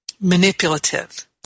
manipulative